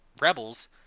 rebels